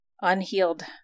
unhealed